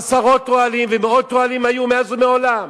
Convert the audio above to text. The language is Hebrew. עשרות אוהלים ומאות אוהלים היו מאז ומעולם.